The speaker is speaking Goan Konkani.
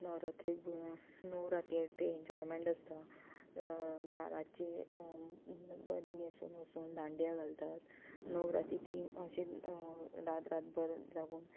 नवरात्रीक णव राती येता एन्जॉयमेंट आसता रातचें बरें न्हेसोन वसोन दांडिया घालतात णव राती ती अशें रात रातभर जागून